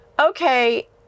Okay